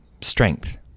strength